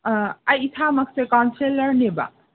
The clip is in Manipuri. ꯑꯩ ꯏꯁꯥꯃꯛꯁꯦ ꯀꯥꯎꯟꯁꯤꯂꯔꯅꯦꯕ